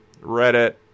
Reddit